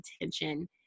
attention